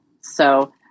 So-